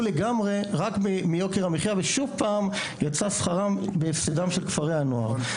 לגמרי רק מיוקר המחיה ושוב פעם יצא שכרם בהפסדם של כפרי הנוער.